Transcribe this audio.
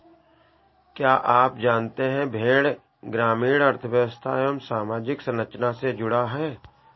क्या आप जानते है भेड़ ग्रामीण अर्थव्यस्था एवं सामाजिक संरचना से जुड़ा है?